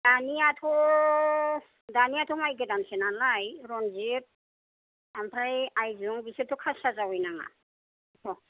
दानियाथ' दानियाथ' माइ गोदानसो नालाय रनजिद आमफ्राय आयजुं बिसोरथ' खासिया जावैनाङा